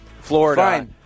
Florida